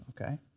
okay